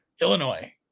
illinois